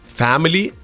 family